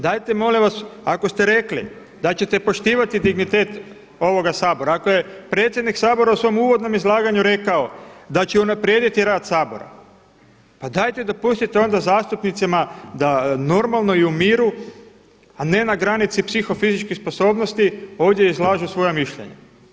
Dajte molim vas ako ste rekli da ćete poštivati dignitet ovoga Sabora, ako je predsjednik Sabora u svom uvodnom izlaganju rekao da će unaprijediti rad Sabora pa dajte dopustite onda zastupnicima da normalno i u miru a ne na granici psiho fizičkih sposobnosti ovdje izlažu svoja mišljenja.